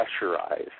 pressurize